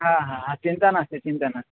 हा हा चिन्ता नास्ति चिन्ता नास्ति